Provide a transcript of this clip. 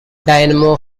dynamo